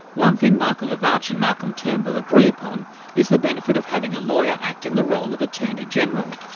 one thing michael lavarch and malcolm turnbull agree upon is the benefit of having a lawyer act in the role of attorney-general.